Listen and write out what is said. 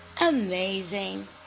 Amazing